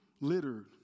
littered